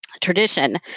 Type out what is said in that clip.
tradition